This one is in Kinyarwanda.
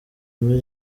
muri